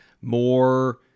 more